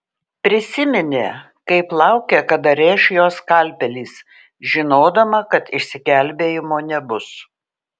prisiminė kaip laukė kada rėš jo skalpelis žinodama kad išsigelbėjimo nebus